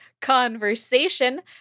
Conversation